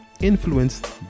influenced